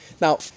Now